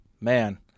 Man